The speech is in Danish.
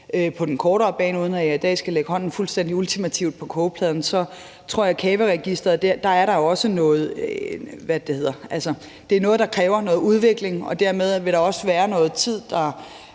på den kortere bane, uden at jeg i dag skal lægge hånden fuldstændig ultimativt på kogepladen, så tror jeg, at hvad angår CAVE-registeret, så er det noget, der kræver noget udvikling, og derfor vil det kræve noget tid, fra